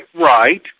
right